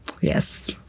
Yes